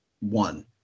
one